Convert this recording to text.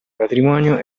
patrimonio